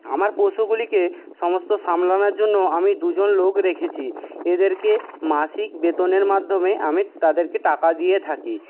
আমার পশুগুলিকে সমস্ত সামলানোর জন্য আমি দুজন লোক রেখেছি এদেরকে মাসিক বেতনের মাধ্যমে আমি তাদেরকে টাকা দিয়ে থাকি